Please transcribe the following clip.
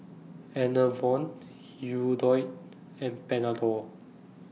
Enervon Hirudoid and Panadol